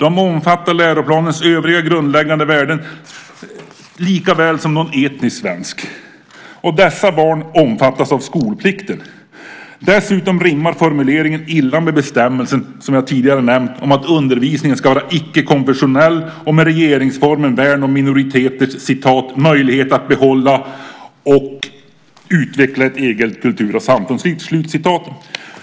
De omfattar läroplanens övriga grundläggande värden lika väl som någon etnisk svensk. Dessa barn omfattas också av skolplikten. Dessutom rimmar formuleringen illa med bestämmelsen, som jag tidigare nämnt, om att undervisningen ska vara icke-konfessionell och med regeringsformens värn om minoriteters "möjligheter att behålla och utveckla ett eget kultur och samfundsliv".